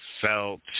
felt